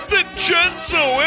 Vincenzo